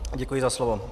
Děkuji za slovo.